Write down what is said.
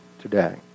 today